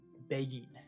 begging